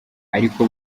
ariko